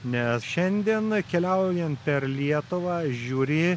nes šiandien keliaujant per lietuvą žiūri